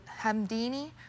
Hamdini